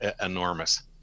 enormous